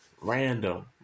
random